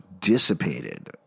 dissipated